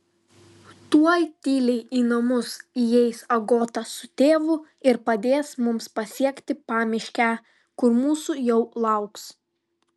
tuoj tyliai į namus įeis agota su tėvu ir padės mums pasiekti pamiškę kur mūsų jau lauks